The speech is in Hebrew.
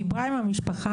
דיברה עם המשפחה,